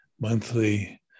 monthly